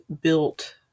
built